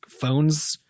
phones